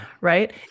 right